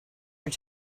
your